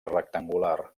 rectangular